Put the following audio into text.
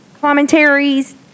commentaries